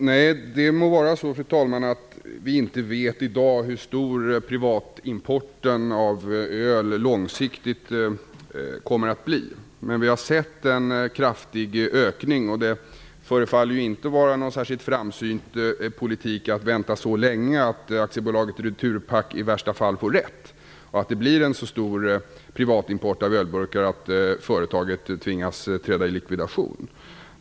Fru talman! Det må vara så att vi inte vet i dag hur stor privatimporten av öl långsiktigt kommer att bli. Men vi har sett en kraftig ökning, och det förefaller ju inte vara någon särskilt framsynt politik att vänta så länge att AB Svenska Returpack i värsta fall får rätt, och att det blir en så stor privatimport av ölburkar att företaget tvingas träda i likvidation.